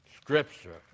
scripture